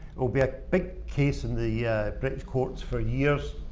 it'll be a big case in the british courts for years.